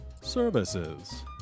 services